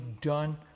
done